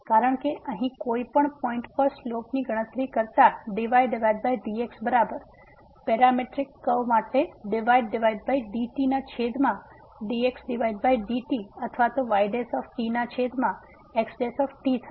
કારણ કે અહીં કોઈ એક પોઈંટ પર સ્લોપ ની ગણતરી કરતા dydx બરાબર પેરામેટ્રિક કર્વ માટે dydt ના છેદમાં dxdt અથવા y ના છેદમાં x થશે